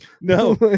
No